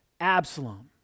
Absalom